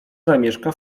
zamieszka